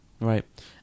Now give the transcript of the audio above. Right